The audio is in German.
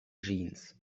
jeans